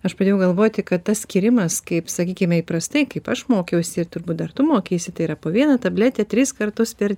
aš pradėjau galvoti kad tas skyrimas kaip sakykime įprastai kaip aš mokiausi ir turbūt dar tu mokeisi tai yra po vieną tabletę tris kartus per